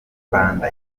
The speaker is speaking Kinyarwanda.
mbanda